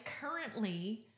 currently